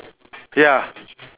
ya